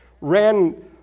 ran